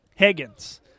Higgins